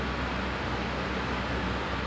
trying to like bullet journal more